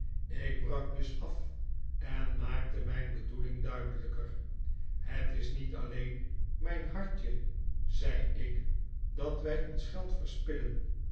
ik brak dus af en maakte mijn bedoeling duidelijker het is niet alleen mijn hartje zei ik dat wij ons geld verspillen